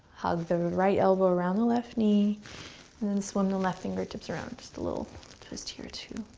hug the right elbow around the left knee and then swim the left fingertips around. just a little twist, here, too.